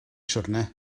siwrne